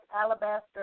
alabaster